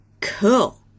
Cool